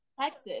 Texas